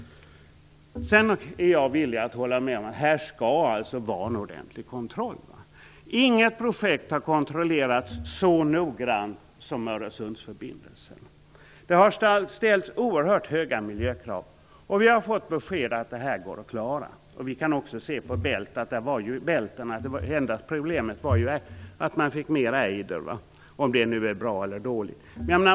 Sedan är jag villig att hålla med om att det skall vara en ordentligt kontroll här. Inget projekt har kontrollerats så noggrant som Öresundsförbindelsen. Det har ställts oerhört höga miljökrav. Vi har fått besked att det går att klara dessa. Vi kan också se att det enda problemet i belten var att man fick mer ejder, om nu det är bra eller dåligt.